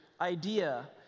idea